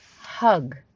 hug